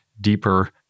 deeper